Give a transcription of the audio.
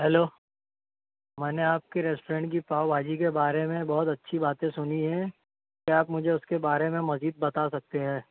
hello میں نے آپ کے ریسٹورینٹ کی پاؤ بھاجی کے بارے میں بہت اچھی باتیں سُنی ہیں کیا آپ مجھے اُس کے بارے میں مزید بتا سکتے ہیں